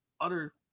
utter